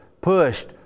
pushed